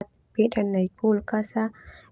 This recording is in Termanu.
Peda nai kulkas.